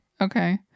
Okay